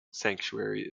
sanctuary